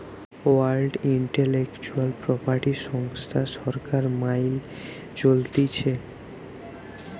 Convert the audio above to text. world intellectual property সংস্থা সরকার মাইল চলতিছে